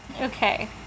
Okay